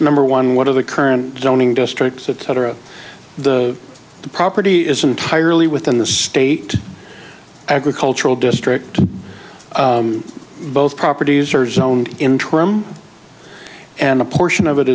number one one of the current zoning districts that are of the property is entirely within the state agricultural district both properties are zoned interim and a portion of it